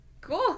Cool